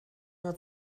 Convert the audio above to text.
nur